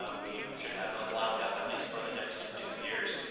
ah we should have those locked up at least for the next two years.